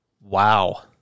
Wow